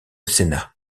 sénat